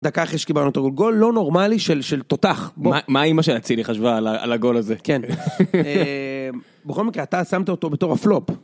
דקה אחרי שקיבלנו את הגול, גול לא נורמלי של תותח. מה אימא של הצילי חשבה על הגול הזה? כן, בכל מקרה אתה שמת אותו בתור הפלופ.